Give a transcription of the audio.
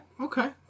okay